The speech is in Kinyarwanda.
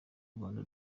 rwanda